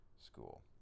school